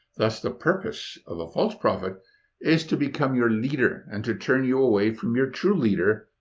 thus, the purpose of a false prophet is to become your leader, and to turn you away from your true leader,